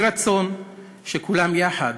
יהי רצון שכולם יחד